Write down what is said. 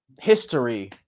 history